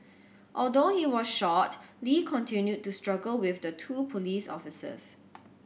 although he was shot Lee continued to struggle with the two police officers